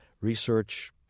research